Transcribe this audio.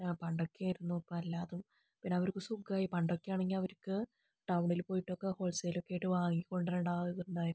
പണ്ടൊക്കെയായിരുന്നു ഇപ്പോൾ എല്ലാതും പിന്നെ അവർക്ക് സുഖമായി പണ്ടൊക്കെ ആണെങ്കിൽ അവർക്ക് ടൗണിൽ പോയിട്ട് ഒക്കെ ഹോൾ സെയ്ൽ ഒക്കെ ആയിട്ട് വാങ്ങി കൊണ്ടു വരേണ്ട